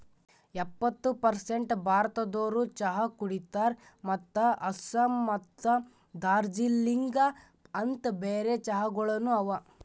ಎಪ್ಪತ್ತು ಪರ್ಸೇಂಟ್ ಭಾರತದೋರು ಚಹಾ ಕುಡಿತಾರ್ ಮತ್ತ ಆಸ್ಸಾಂ ಮತ್ತ ದಾರ್ಜಿಲಿಂಗ ಅಂತ್ ಬೇರೆ ಚಹಾಗೊಳನು ಅವಾ